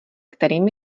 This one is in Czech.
kterým